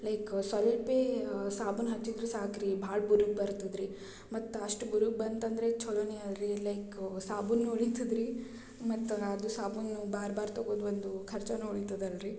like ಸ್ವಲ್ಪೇ ಸಾಬೂನು ಹಚ್ಚಿದ್ದರೂ ಸಾಕು ರೀ ಭಾಳ ಬುರುಗ ಬರ್ತದೆ ರೀ ಮತ್ತು ಅಷ್ಟು ಬುರುಗ ಬಂತಂದರೆ ಛಲೋನಿ ಅಲ್ರೀ ಲೈಕ್ ಸಾಬೂನು ಉಳಿತದೆ ರೀ ಮತ್ತು ಅದು ಸಾಬೂನು ಬಾರ್ ಬಾರ್ ತೊಗೊಂಡು ಬಂದು ಖರ್ಚನು ಉಳಿತದೆ ಅಲ್ರಿ